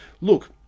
look